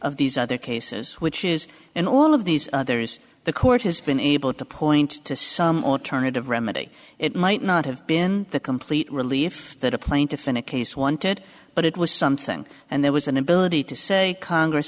of these other cases which is in all of these there is the court has been able to point to some alternative remedy it might not have been the complete relief that a plaintiff in a case wanted but it was something and there was an ability to say congress